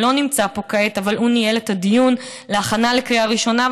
שלא נמצא פה כעת אבל הוא ניהל את הדיון בהכנה לקריאה ראשונה,